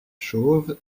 chauve